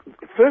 First